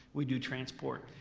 we do transport.